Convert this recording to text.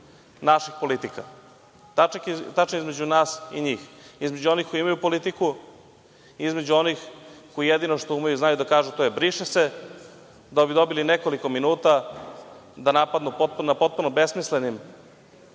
naših politika, tačnije između nas i njih, između onih koji imaju politiku, između onih koji jedino umeju i znaju da kažu „briše se“, kako bi dobili nekoliko minuta da napadnu na potpuno besmislenim